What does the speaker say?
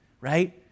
right